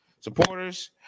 Supporters